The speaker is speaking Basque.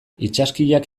itsaskiak